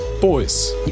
Boys